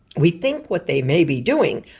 we think what they may be doing,